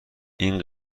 این